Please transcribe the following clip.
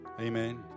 Amen